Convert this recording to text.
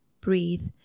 breathe